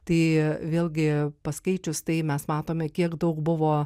tai vėlgi paskaičius tai mes matome kiek daug buvo